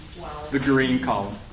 the green column.